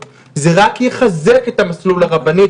זה רק יחזק את המסלול הרבני,